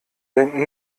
denken